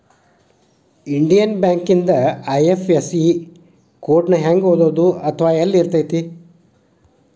Indian ಬ್ಯಾಂಕಿಂದ IFSE code ನ ಹೆಂಗ ಓದೋದು ಅಥವಾ ಯೆಲ್ಲಿರ್ತೆತಿ?